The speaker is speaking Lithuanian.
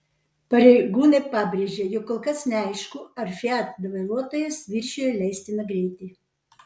pareigūnai pabrėžė jog kol kas neaišku ar fiat vairuotojas viršijo leistiną greitį